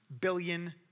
billion